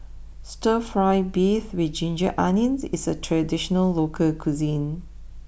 Stir Fry Beef with Ginger Onions is a traditional local cuisine